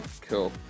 Cool